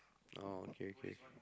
orh okay okay